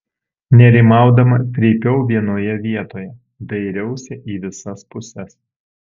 nerimaudama trypiau vienoje vietoje dairiausi į visas puses